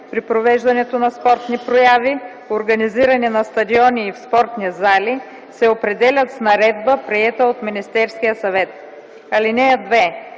при провеждането на спортни прояви, организирани на стадиони и в спортни зали, се определят с наредба, приета от Министерския съвет. (2)